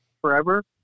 forever